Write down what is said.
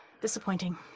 disappointing